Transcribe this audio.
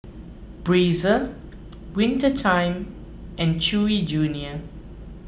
Breezer Winter Time and Chewy Junior